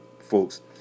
folks